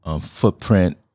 footprint